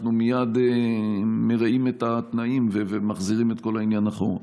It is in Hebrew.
אנחנו מייד מריעים את התנאים ומחזירים את כל העניין אחורה.